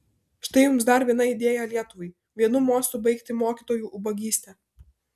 štai jums dar viena idėja lietuvai vienu mostu baigti mokytojų ubagystę